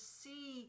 see